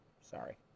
Sorry